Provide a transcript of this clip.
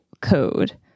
code